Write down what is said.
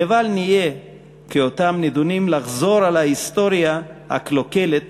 לבל נהיה כאותם הנידונים לחזור על ההיסטוריה הקלוקלת